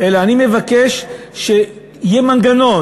אלא אני מבקש שיהיה מנגנון,